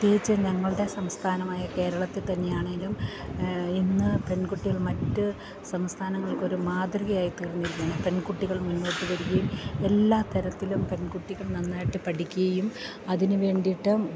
പ്രത്യേകിച്ച് ഞങ്ങളുടെ സംസ്ഥാനമായ കേരളത്തിൽ തന്നെയാണേലും ഇന്ന് പെൺകുട്ടികൾ മറ്റു സംസ്ഥാനങ്ങൾക്കൊരു മാതൃകയായിത്തീർന്നിരിക്കുന്നു പെൺകുട്ടികൾ മുന്നോട്ടുവരികയും എല്ലാ തരത്തിലും പെൺകുട്ടികൾ നന്നായിട്ടു പഠിക്കുകയും അതിനുവേണ്ടിയിട്ട്